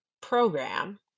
program